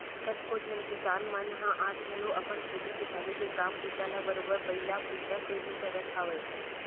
कतको झन किसान मन ह आज घलो अपन खेती किसानी के काम बूता ल बरोबर बइला भइसा ले ही करत हवय